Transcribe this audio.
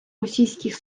російських